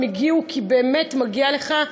הם הגיעו כי באמת מגיע לך.